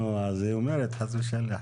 נו, אז היא אומרת חס וחלילה.